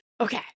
Okay